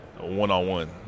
one-on-one